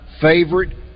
favorite